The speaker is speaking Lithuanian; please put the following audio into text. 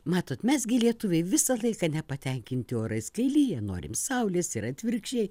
matot mes gi lietuviai visą laiką nepatenkinti orais kai lyja norim saulės ir atvirkščiai